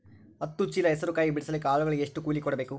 ಹತ್ತು ಚೀಲ ಹೆಸರು ಕಾಯಿ ಬಿಡಸಲಿಕ ಆಳಗಳಿಗೆ ಎಷ್ಟು ಕೂಲಿ ಕೊಡಬೇಕು?